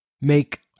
make